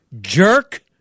jerk